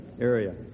area